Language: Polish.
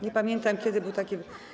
Nie pamiętam, kiedy był taki.